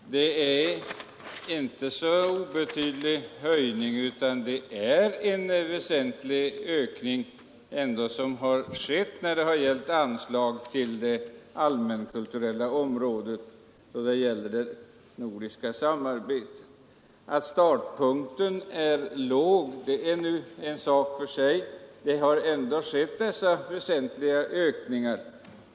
Fru talman! Höjningen är inte så obetydlig, utan det har skett en väsentlig ökning när det gäller anslagen till det allmänkulturella området inom det nordiska samarbetet. Att startpunkten är låg är en sak för sig — dessa väsentliga ökningar har ändå skett.